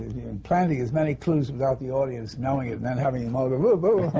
in planting as many clues with ah the audience knowing and then having them all go, whoo, whoo!